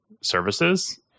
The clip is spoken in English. services